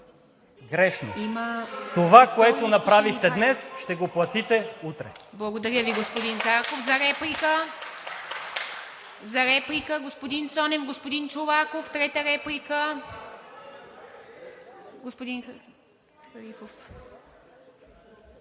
грешно. Това, което направихте днес, ще го платите утре.